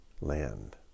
land